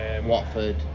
Watford